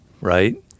right